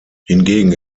hingegen